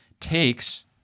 Takes